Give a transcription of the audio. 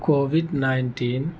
COVID nineteen